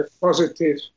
positive